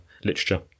literature